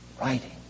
Writing